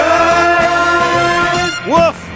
Woof